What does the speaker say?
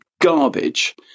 garbage